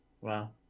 wow